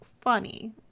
funny